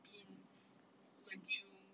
beans and legumes